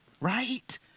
right